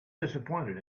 disappointed